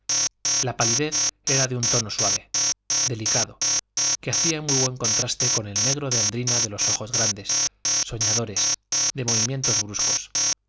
la palidez era de un tono suave delicado que hacía muy buen contraste con el negro de andrina de los ojos grandes soñadores de movimientos bruscos